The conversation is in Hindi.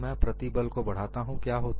जब मैं प्रतिबल को बढ़ाता हूं क्या होता है